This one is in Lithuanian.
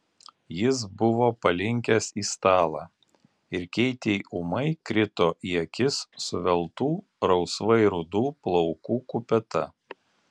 jis buvo palinkęs į stalą ir keitei ūmai krito į akis suveltų rausvai rudų plaukų kupeta